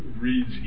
reads